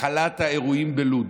הכלת האירועים בלוד,